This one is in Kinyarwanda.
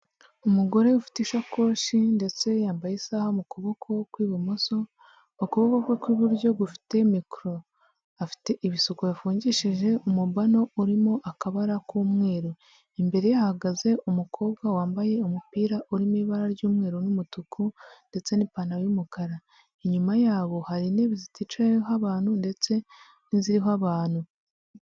Umugore ufite ishakoshi ndetse yambaye isaha mu kuboko kw'ibumoso, ukuboko kwe kw'iburyo gufite mikoro. Afite ibisuko yafungishije umubano urimo akabara k'umweru. Imbere ye hahagaze umukobwa wambaye umupira urimo ibara ry'umweru n'umutuku ndetse n'ipantaro y'umukara. Inyuma yabo hari intebe ziticayeho abantu ndetse n'iziriho abantu.